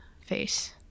face